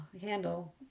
handle